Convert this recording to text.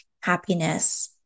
happiness